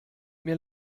mir